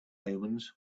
omens